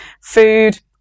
food